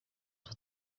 with